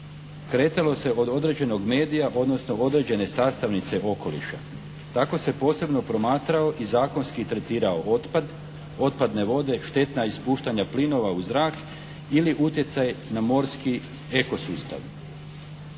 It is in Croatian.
kretalo se od određenog medija odnosno određene sastavnice okoliša. Tako se posebno promatrao i zakonski tretirao otpad, otpadne vode, štetna ispuštanja plinova u zrak ili utjecaj na morski eko sustav.